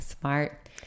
Smart